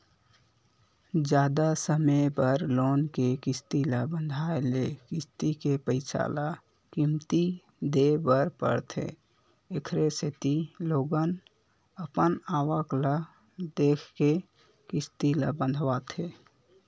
जादा समे बर लोन के किस्ती ल बंधाए ले किस्ती के पइसा ल कमती देय बर परथे एखरे सेती लोगन अपन आवक ल देखके किस्ती ल बंधवाथे